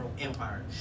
empire